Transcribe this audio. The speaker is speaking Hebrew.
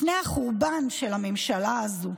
לפני החורבן של הממשלה הזו,